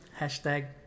hashtag